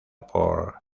por